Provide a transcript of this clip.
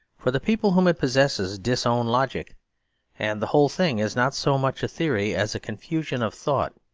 for the people whom it possesses disown logic and the whole thing is not so much a theory as a confusion of thought.